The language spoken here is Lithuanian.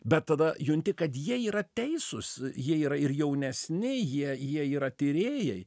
bet tada junti kad jie yra teisūs jie yra ir jaunesni jie jie yra tyrėjai